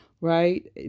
right